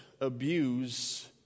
abuse